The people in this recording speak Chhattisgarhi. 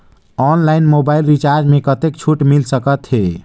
ऑनलाइन मोबाइल रिचार्ज मे कतेक छूट मिल सकत हे?